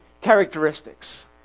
characteristics